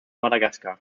madagascar